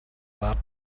button